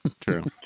True